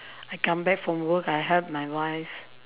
I come back from work I help my wife